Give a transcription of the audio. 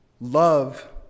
love